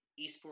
esports